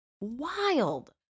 Wild